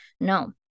No